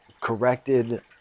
corrected